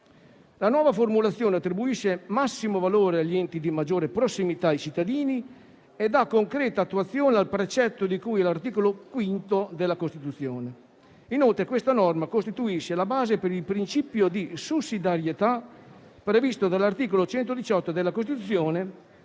La nuova formulazione attribuisce massimo valore agli enti di maggiore prossimità ai cittadini e dà concreta attuazione al precetto di cui all'articolo 5 della Costituzione. Inoltre, questa norma costituisce la base per il principio di sussidiarietà previsto dall'articolo 118 della Costituzione,